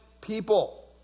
people